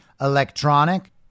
electronic